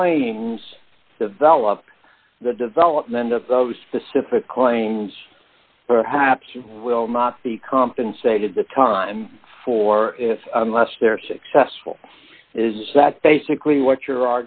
claims develop the development of those specific claims perhaps you will not be compensated the time for is unless they're successful is that basically what you're